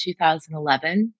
2011